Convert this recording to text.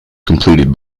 completed